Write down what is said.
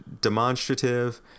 demonstrative